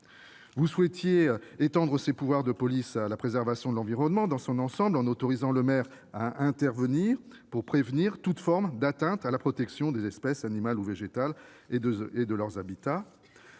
Vous souhaitiez étendre ces pouvoirs de police à la préservation de l'environnement dans son ensemble, en autorisant le maire à intervenir pour prévenir toute forme d'atteinte à la protection des espèces animales ou végétales et de leurs habitats,